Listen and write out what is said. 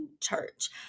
church